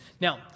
Now